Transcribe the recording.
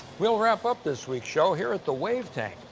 we'll wrap up this weeks show here at the wave tank,